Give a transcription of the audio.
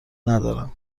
ندارم